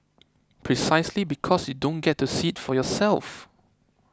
precisely because you don't get to see it for yourself